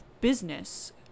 business